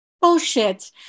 bullshit